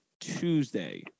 tuesday